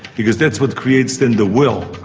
because that's what creates then the will.